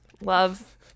love